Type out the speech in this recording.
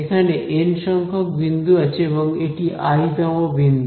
এখানে এন সংখ্যক বিন্দু আছে এবং এটি i তম বিন্দু